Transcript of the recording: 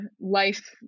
life